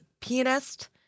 Pianist